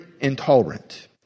intolerant